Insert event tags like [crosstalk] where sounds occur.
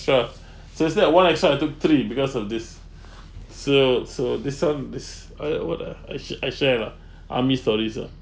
shot so is that one I shot I took three because of this [breath] so so this one this I what ah I sha~ I share lah army stories lah